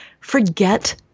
forget